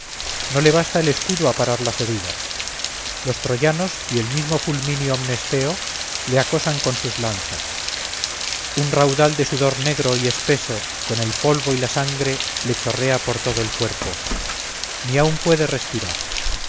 no le basta el escudo a parar las heridas los troyanos y el mismo fulmíneo mnesteo le acosan con sus lanzas un raudal de sudor negro y espeso con el polvo y la sangre le chorrea por todo el cuerpo ni aun puede respirar